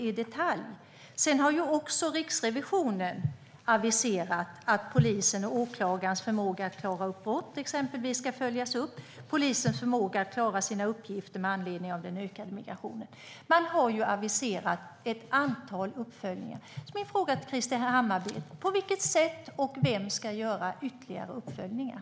Riksrevisionen har också aviserat att polisens och åklagarnas förmåga att klara upp brott ska följas upp. Det gäller till exempel polisens förmåga att klara sina uppgifter med anledning av den ökade migrationen. Det har aviserats ett antal uppföljningar. På vilket sätt och vem ska göra ytterligare uppföljningar?